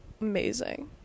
amazing